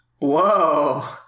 whoa